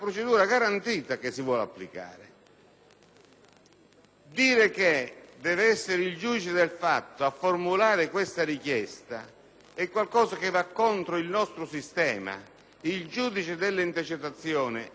Dire che deve essere il giudice del fatto a formulare questa richiesta è qualcosa che va contro il nostro sistema: il giudice delle intercettazioni è il giudice delle